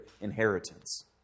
inheritance